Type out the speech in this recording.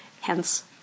hence